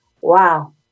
Wow